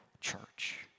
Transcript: Church